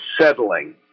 settling